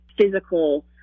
physical